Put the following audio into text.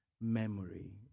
memory